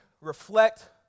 reflect